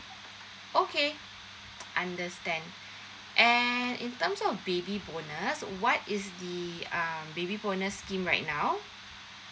okay understand and in terms of baby bonus what is the um baby bonus scheme right now